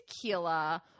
tequila